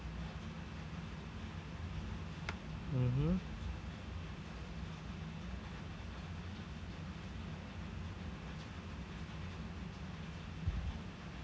mmhmm